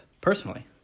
personally